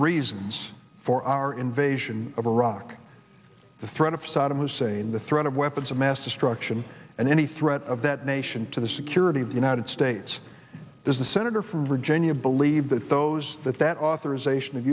reasons for our invasion of iraq the threat of saddam hussein the threat of weapons of mass destruction and any threat of that nation to the security of the united states does the senator from virginia believe that those that that authorization